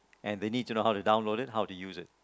and they need to know how to download it how to use it